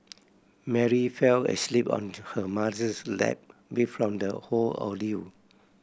Mary fell asleep on her mother's lap beat from the whole ordeal